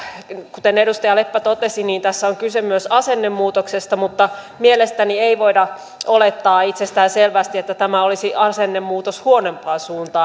kuten edustaja leppä totesi niin tässä on kyse myös asennemuutoksesta mutta mielestäni ei voida olettaa itsestäänselvästi että tämä olisi asennemuutos huonompaan suuntaan